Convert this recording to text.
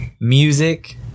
music